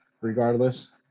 Regardless